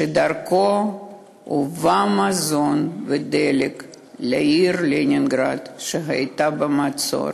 כי דרכו הובאו מזון ודלק לעיר לנינגרד כשהייתה במצור.